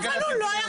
ברכות.